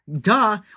Duh